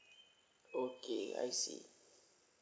okay I see